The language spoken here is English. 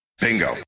Bingo